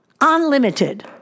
unlimited